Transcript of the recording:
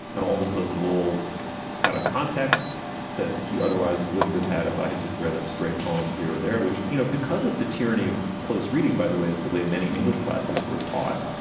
and all of a sudden, lowell kind of context that he otherwise wouldn't have had if i had just read a stray poem here or there, which, you know, because of the tyranny of close reading, by the way, is the way many english classes were taught.